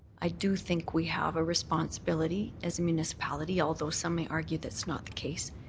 i do think we have a responsibility as a municipality, although some may argue that's not the case,